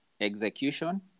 execution